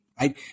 Right